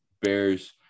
Bears